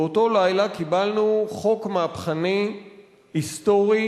באותו לילה קיבלנו חוק מהפכני היסטורי